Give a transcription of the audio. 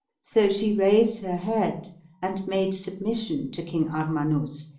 so she raised her head and made submission to king armanus,